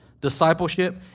discipleship